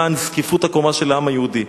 למען זקיפות הקומה של העם היהודי.